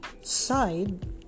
side